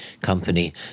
company